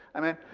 i mean,